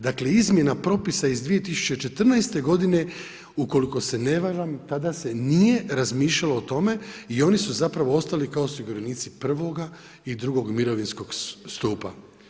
Dakle izmjena propisa iz 2014. godine ukoliko se ne varam tada se nije razmišljalo o tome i oni su ostali kao osiguranici prvoga i drugog mirovinskog stupa.